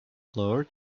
flour